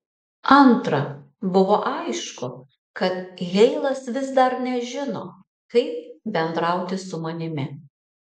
antra buvo aišku kad heilas vis dar nežino kaip bendrauti su manimi